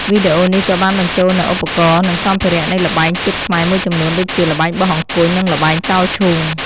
វីដេអូនេះក៏បានបញ្ចូលនូវឧបករណ៍ និងសម្ភារៈនៃល្បែងជាតិខ្មែរមួយចំនួនដូចជា ល្បែងបោះអង្គញ់ និងល្បែងចោលឈូង។